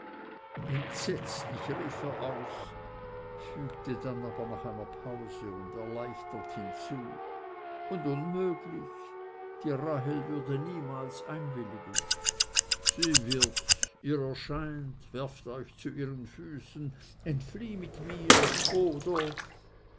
entsetzlich rief er aus fügte dann aber nach einer pause und erleichtert hinzu und unmöglich die rahel würde niemals einwilligen sie wird ihr erscheint werft euch zu ihren füßen entflieh mit mir oder